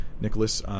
Nicholas